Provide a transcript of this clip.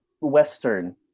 Western